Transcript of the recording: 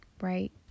right